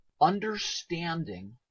understanding